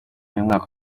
y’umwaka